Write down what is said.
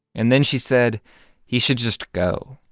and then she said he should just go,